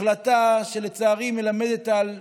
החלטה שלצערי מלמדת על שרירות,